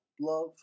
love